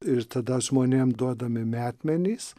ir tada žmonėms duodami metmenys